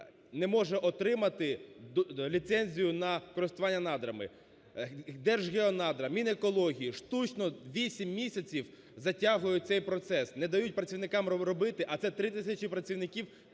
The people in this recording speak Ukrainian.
не може отримати ліцензію на користування надрами. Держгеонадра, Мінекології, штучно, 8 місяців, затягують цей процес, не дають працівникам робити, а це 3000 тисячі працівників,